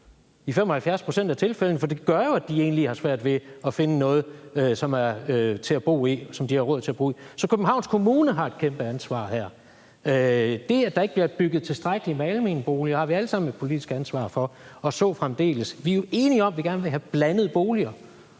i 75 pct. af tilfældene, for det gør jo, at man egentlig har svært ved at finde noget, som man har råd til at bo i. Så Københavns Kommune har et kæmpeansvar her. Det, at der ikke bliver bygget tilstrækkeligt med almene boliger, har vi alle sammen et politisk ansvar for, og så fremdeles. Vi er jo enige om, at vi gerne vil have blandede boliger,